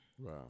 Wow